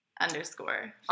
Underscore